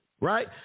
Right